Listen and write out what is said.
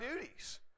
duties